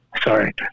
Sorry